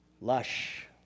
Lush